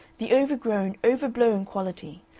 the overgrown, overblown quality,